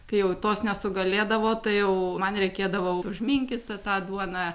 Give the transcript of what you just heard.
kai jau tos nesugalėdavo tai jau man reikėdavo užminkyti tą duoną